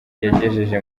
yagejeje